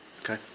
Okay